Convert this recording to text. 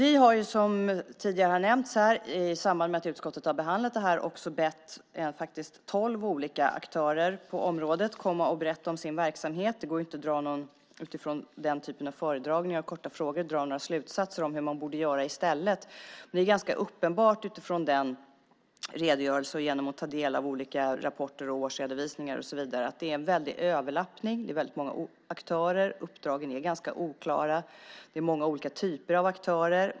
I samband med att utskottet behandlade det här bad vi, som tidigare nämnts, tolv olika aktörer på området att komma och berätta om sin verksamhet. Utifrån den typen av föredragning och korta frågor går det inte att dra några slutsatser om hur man borde göra i stället. Men det är ganska uppenbart utifrån den redogörelsen och genom att man tar del av olika rapporter och årsredovisningar och så vidare att det är en väldig överlappning. Det är väldigt många aktörer. Uppdragen är ganska oklara. Det är många olika typer av aktörer.